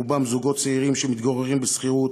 רובם זוגות צעירים שמתגוררים בשכירות,